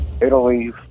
Italy